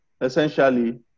essentially